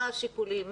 מה השיקולים,